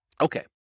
Okay